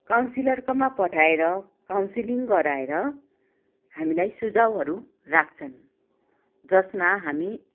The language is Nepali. काउन्सिलरकोमा पठाएर काउनसिलिङ गराएर हामीलाई सुझाउहरू राख्छन् जस्मा हामी